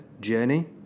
journey